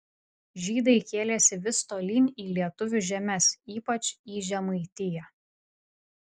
žydai kėlėsi vis tolyn į lietuvių žemes ypač į žemaitiją